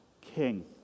King